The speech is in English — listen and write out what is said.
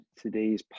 today's